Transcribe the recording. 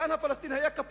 כאן הפלסטיני היה כפות,